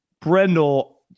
Brendel